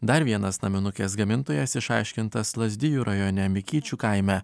dar vienas naminukės gamintojas išaiškintas lazdijų rajone mikyčių kaime